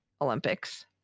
Olympics